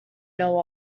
know